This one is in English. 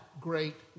great